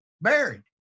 buried